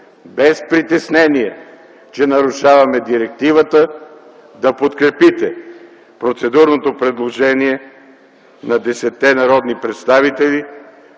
без притеснение, че нарушаваме директивата, да подкрепите процедурното предложение на десетте народни представители